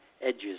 edges